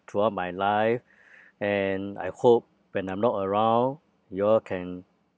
throughout my life and I hope when I'm not around you all can